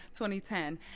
2010